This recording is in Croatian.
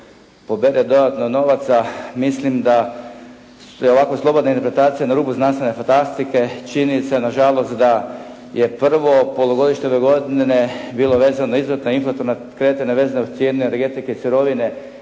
se./ … dodatno novaca, mislim da ovako slobodna interpretacija na rubu znanstvene fantastike, čini se na žalost da je prvo polugodište ove godine bilo vezano izuzetno na inflatorna kretanja vezano uz cijene energetike, sirovine.